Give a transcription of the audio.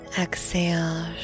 exhale